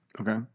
Okay